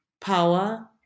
power